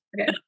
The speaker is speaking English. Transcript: okay